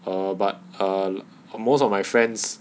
um but err most of my friends